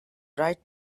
bright